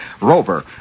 Rover